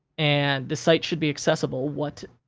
and, the site should be accessible, what?